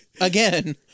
Again